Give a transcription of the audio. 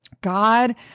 God